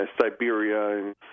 Siberia